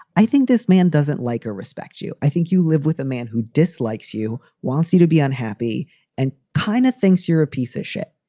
i think this man doesn't like or respect you. i think you live with a man who dislikes you, wants you to be unhappy and kind of thinks you're a piece of shit.